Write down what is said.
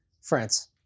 france